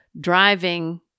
driving